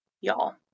y'all